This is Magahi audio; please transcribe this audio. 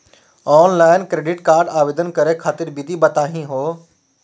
ऑनलाइन क्रेडिट कार्ड आवेदन करे खातिर विधि बताही हो?